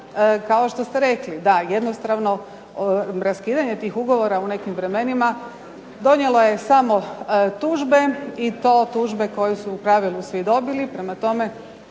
kao što ste rekli da jednostrano raskidanje tih ugovora u nekim vremenima donijelo je samo tužbe i to tužbe koje su u pravilu svi dobili. Prema tome,